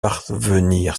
parvenir